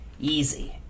easy